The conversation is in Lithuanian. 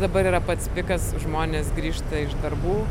dabar yra pats pikas žmonės grįžta iš darbų